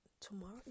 Tomorrow